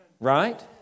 right